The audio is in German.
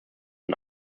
und